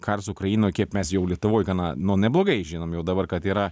karas ukrainoj kaip mes jau lietuvoj gana nu neblogai žinom jau dabar kad yra